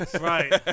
right